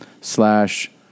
slash